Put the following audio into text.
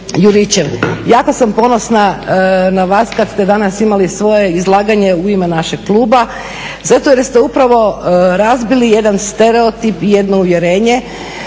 Juričev, jako sam ponosna na vas kad ste danas imali svoje izlaganje u ime našeg kluba zato jer ste upravo razbili jedan stereotip, jedno uvjerenje